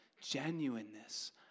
genuineness